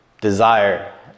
desire